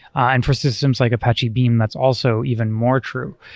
and for systems like apache beam, that's also even more true.